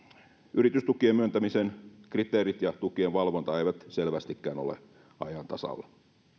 yritystukien myöntämisen kriteerit ja tukien valvonta eivät selvästikään ole ajantasalla